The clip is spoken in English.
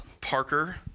Parker